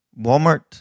Walmart